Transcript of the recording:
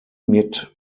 mit